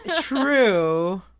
True